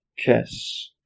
kiss